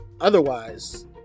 Otherwise